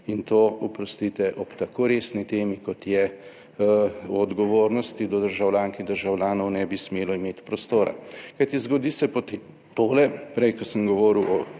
In to, oprostite, ob tako resni temi kot je o odgovornosti do državljank in državljanov, ne bi smelo imeti prostora. Kajti zgodi se potem tole, prej ko sem govoril